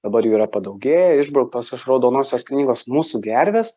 dabar jų yra padaugėję išbrauktos iš raudonosios knygos mūsų gervės